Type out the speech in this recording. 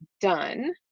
done